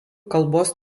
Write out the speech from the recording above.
kalbos